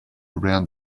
around